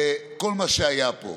וכל מה שהיה פה.